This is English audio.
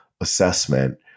assessment